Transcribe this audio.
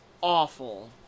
awful